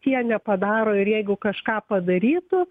tie nepadaro ir jeigu kažką padarytų